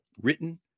Written